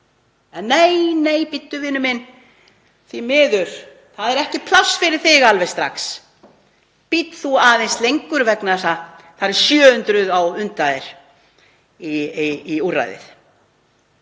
En nei, bíddu, vinur minn, því miður, það er ekki pláss fyrir þig alveg strax. Bíddu aðeins lengur vegna þess að það eru 700 á undan þér í úrræðið.